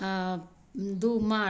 दो मार्च